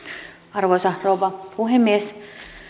arvoisa rouva puhemies